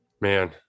Man